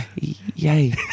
Yay